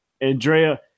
Andrea